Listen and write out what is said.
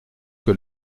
que